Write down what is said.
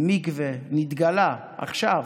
עם מקווה, נתגלה עכשיו,